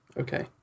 okay